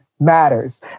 Matters